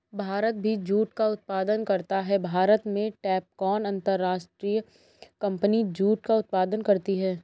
भारत भी जूट का उत्पादन करता है भारत में टैपकॉन अंतरराष्ट्रीय कंपनी जूट का उत्पादन करती है